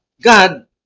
God